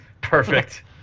Perfect